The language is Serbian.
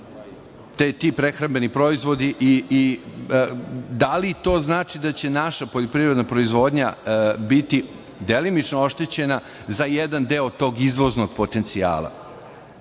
ti prehrambeni proizvodi i da li to znači da će naša poljoprivredna proizvodnja biti delimično oštećena za jedan deo toga izvoznog potencijala? Govorili